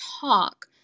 talk